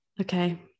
Okay